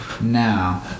Now